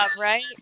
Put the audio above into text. right